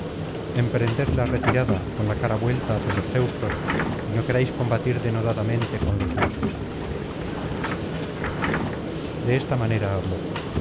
emprended la retirada con la cara vuelta hacia los teucros y no queráis combatir denodadamente con los dioses de esta manera habló